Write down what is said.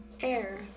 air